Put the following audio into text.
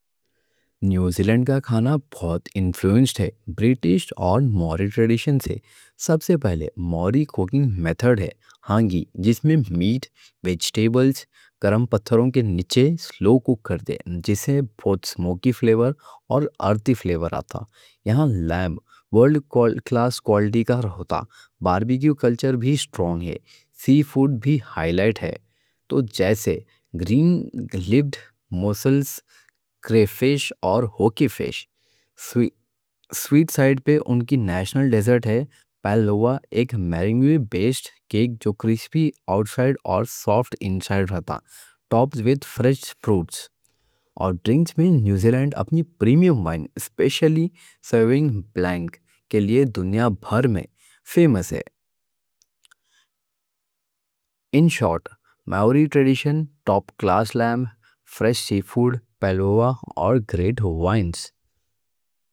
نیوزی لینڈ کا کھانا بہت انفلوئنسڈ ہے بریٹش اور ماؤری ٹریڈیشن سے سب سے پہلے ماؤری کوکنگ میتھڈ ہے ہانگی جس میں میٹ ویجیٹیبلز گرم پتھروں کے نیچے سلو کُک کر دے جس سے بہت سموکی فلیور اور ارتھی فلیور آتا یہاں لیمب ورلڈ کلاس کوالٹی کا رہتا باربیکیو کلچر بھی سٹرونگ ہے سی فوڈ بھی ہائلائٹ ہے تو جیسے گرین لِپڈ موسلز کریفِش اور ہوکی فِش سویٹ سائیڈ پہ ان کی نیشنل ڈیزرٹ ہے پیولوا ایک میرنگ بیسڈ کیک جو کرسپی آؤٹ سائیڈ اور سافٹ انسائیڈ رہتا ٹاپڈ وِد فریش فروٹس اور ڈرنکس میں نیوزی لینڈ اپنی پریمیم وائن سپیشلی سَوینیون بلانک کے لئے دنیا بھر میں فیمس ہے ان شارٹ ماؤری ٹریڈیشن ٹاپ کلاس لیمب فریش سی فوڈ پیولوا اور گریٹ وائن